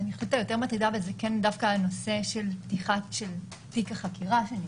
השאלה היותר מטרידה זה הנושא של פתיחת תיק החקירה.